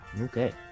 Okay